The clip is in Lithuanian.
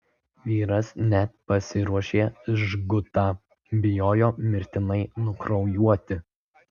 vyras net pasiruošė žgutą bijojo mirtinai nukraujuoti